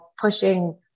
pushing